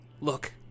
look